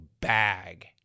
bag